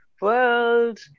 world